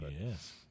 Yes